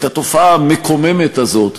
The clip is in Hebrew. את התופעה המקוממת הזאת,